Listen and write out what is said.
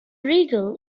regal